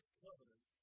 covenant